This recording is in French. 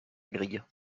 grille